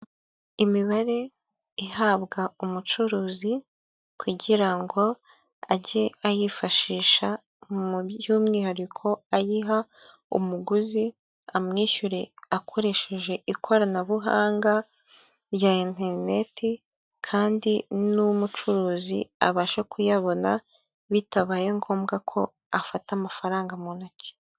Imibare ihabwa umucuruzi kugira ngo ajye ayifashisha mu by'umwihariko ayiha umuguzi amwishyure akoresheje ikoranabuhanga rya interinete, kandi n'umucuruzi abasha kuyabona bitabaye ngombwa ko afata amafaranga mu ntoki.